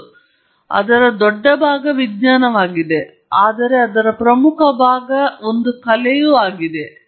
ಹೌದು ಅದರ ದೊಡ್ಡ ಭಾಗವು ವಿಜ್ಞಾನವಾಗಿದೆ ಆದರೆ ಅದರ ಪ್ರಮುಖ ಭಾಗವೂ ಸಹ ಒಂದು ಕಲೆಯಾಗಿದೆ